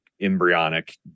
embryonic